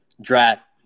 draft